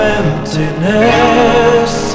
emptiness